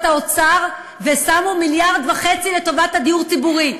האוצר ושמו מיליארד וחצי לטובת דיור ציבורי.